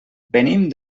venim